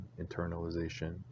internalization